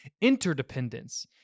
interdependence